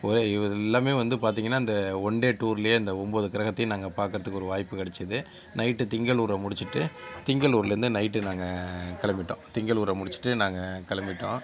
ஒரே இதெல்லாமே வந்து பார்த்தீங்கன்னா இந்த ஒன் டே டூர்லேயே இந்த ஒன்பது கிரகத்தையும் நாங்கள் பார்க்கறதுக்கு ஒரு வாய்ப்பு கிடைச்சுது நைட்டு திங்களூரை முடிச்சுட்டு திங்களூரில் இருந்து நைட் நாங்கள் கிளம்பிட்டோம் திங்களூரை முடிச்சுட்டு நாங்கள் கிளம்பிட்டோம்